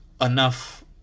enough